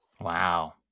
wow